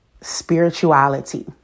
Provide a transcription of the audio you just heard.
spirituality